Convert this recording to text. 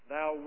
Thou